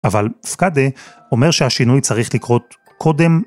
אבל פקדה אומר שהשינוי צריך לקרות קודם.